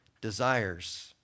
desires